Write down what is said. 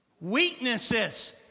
weaknesses